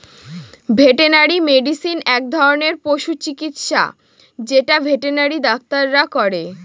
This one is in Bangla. ভেটেনারি মেডিসিন এক ধরনের পশু চিকিৎসা যেটা ভেটেনারি ডাক্তাররা করে